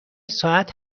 ساعت